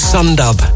Sundub